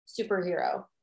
superhero